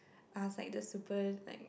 ask like the supers like